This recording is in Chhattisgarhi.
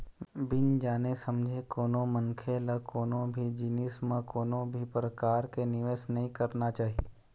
बिन जाने समझे कोनो मनखे ल कोनो भी जिनिस म कोनो भी परकार के निवेस नइ करना चाही